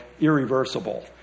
irreversible